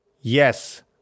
Yes